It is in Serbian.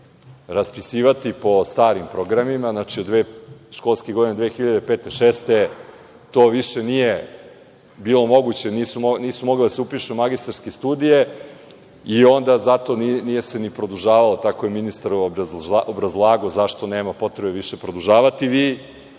raspisivati po starim programima, znači, od dve školske godine, 2005. i 2006. to više nije bilo moguće, nisu mogle da se upišu magistarske studije i onda se zato nije ni produžavao rok, tako je bar ministar obrazlagao zašto nema potrebe više produžavati.